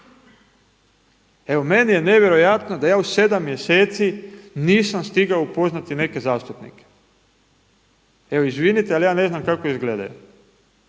Evo meni je nevjerojatno da ja u sedam mjeseci nisam stigao upoznati neke zastupnike, evo izvinite ali ja ne znam kako izgledaju.